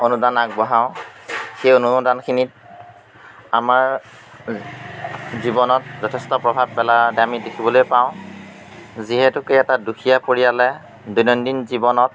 অনুদান আগবঢ়াওঁ সেই অনুদানখিনিত আমাৰ জীৱনত যথেষ্ট প্ৰভাৱ পেলোৱা আমি দেখিবলৈ পাওঁ যিহেতুকে এটা দুখীয়া পৰিয়ালে দৈনন্দিন জীৱনত